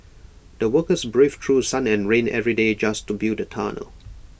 the workers braved through sun and rain every day just to build the tunnel